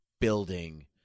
building